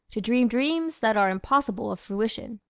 to dream dreams that are impossible of fruition.